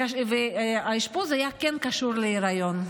והאשפוז כן היה קשור להיריון.